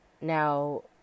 Now